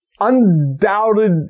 undoubted